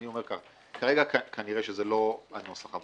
אני אומר ככה: כרגע, כנראה לא יושלם הנוסח,